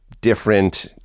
different